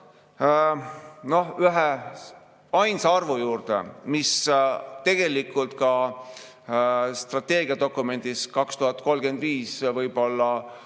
tulla üheainsa arvu juurde, mis tegelikult ka strateegiadokumendis 2035 võib-olla